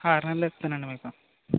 ఆరు నెల్లు ఇస్తానండి మీకు